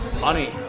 money